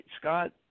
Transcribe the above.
Scott